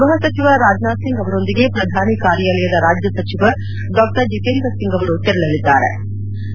ಗ್ವಹಸಚಿವ ರಾಜನಾಥ್ಸಿಂಗ್ ಅವರೊಂದಿಗೆ ಪ್ರಧಾನಿ ಕಾರ್ನಾಲಯದ ರಾಜ್ಯ ಸಚಿವ ಡಾ ಜತೇಂದ್ರಸಿಂಗ್ ಅವರು ತೆರಳಲಿದ್ಲಾರೆ